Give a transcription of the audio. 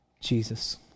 Jesus